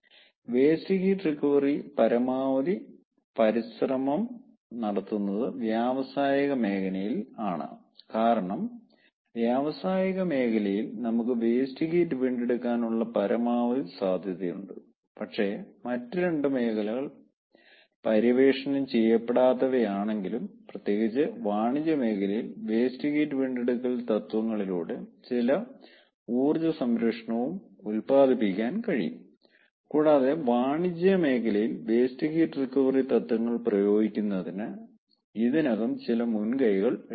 waste heat recovery പരമാവധി പരിശ്രമമം നടക്കുന്നത് വ്യാവസായിക മേഖലയിൽ ആണ് കാരണം വ്യാവസായിക മേഖലയിൽ നമുക്ക് വേസ്റ്റ് ഹീറ്റ് വീണ്ടെടുക്കാനുള്ള പരമാവധി സാധ്യതയുണ്ട് പക്ഷേ മറ്റ് 2 മേഖലകൾ പര്യവേക്ഷണം ചെയ്യപ്പെടാത്തവയാണെങ്കിലും പ്രത്യേകിച്ച് വാണിജ്യ മേഖലയിൽ വേസ്റ്റ് ഹീറ്റ് വീണ്ടെടുക്കൽ തത്വങ്ങളിലൂടെ ചില ഊർജ്ജ സംരക്ഷണവും ഉത്പാദിപ്പിക്കാൻ കഴിയും കൂടാതെ വാണിജ്യ മേഖലയിൽ വേസ്റ്റ് ഹീറ്റ് റിക്കവറി തത്വങ്ങൾ പ്രയോഗിക്കുന്നതിന് ഇതിനകം ചില മുൻകൈകൾ എടുത്തിട്ടുണ്ട്